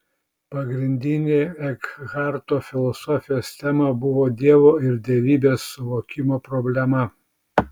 pagrindinė ekharto filosofijos tema buvo dievo ir dievybės suvokimo problema